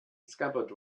scabbard